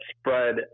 spread